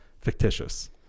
fictitious